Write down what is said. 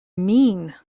mean